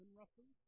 roughly